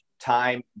time